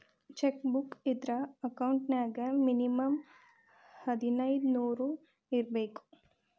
check book ಇದ್ರ account ನ್ಯಾಗ minimum ಹದಿನೈದ್ ನೂರ್ ಇರ್ಬೇಕು